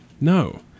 No